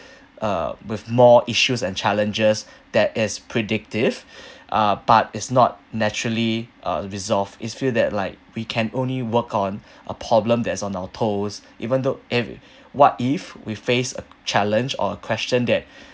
uh with more issues and challenges that is predictive uh but is not naturally uh resolved it's feel that like we can only work on a problem that's on our toes even though every what if we faced a challenge or a question that